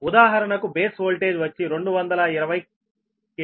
ఉదాహరణకు base voltage వచ్చి 220 kV